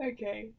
Okay